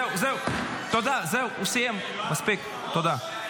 זהו, תודה, זהו, הוא סיים, מספיק, תודה.